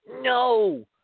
No